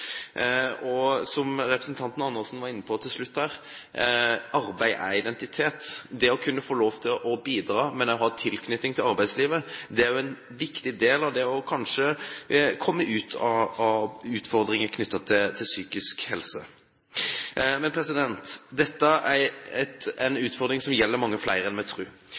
Som representanten Andersen var inne på til slutt her: Arbeid er identitet. Det å kunne få lov til å bidra ved å ha tilknytning til arbeidslivet er kanskje en viktig del av det å møte utfordringen knyttet til psykisk helse. Dette er en utfordring som gjelder mange flere enn vi tror. Som representanten Gullvåg var inne på, utgjør psykisk helse sammen med